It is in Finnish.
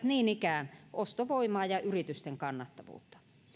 niin ikään ostovoimaa ja yritysten kannattavuutta